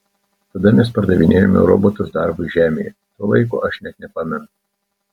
tada mes pardavinėjome robotus darbui žemėje to laiko aš net nepamenu